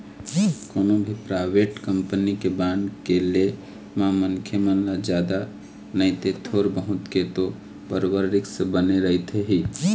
कोनो भी private company के बांड के ले म मनखे मन ल जादा नइते थोर बहुत के तो बरोबर रिस्क बने रहिथे ही